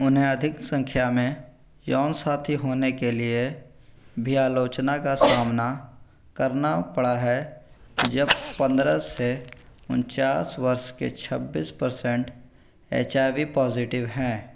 उन्हें अधिक संख्या में यौन साथी होने के लिए भी आलोचना का सामना करना पड़ा है जब पंद्रह से उनचास वर्ष के छब्बीस percent H I V positive हैं